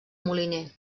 moliner